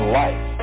life